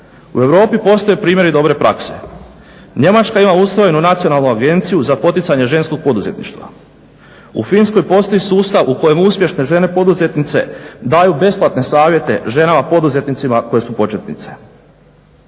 U Europi postoje primjeri dobre prakse. Njemačka ima usvojenu nacionalnu agenciju za poticanje ženskog poduzetništva. U Finskoj postoji sustav u kojemu uspješne žene poduzetnice daju besplatne savjete ženama poduzetnicima koje su početnice.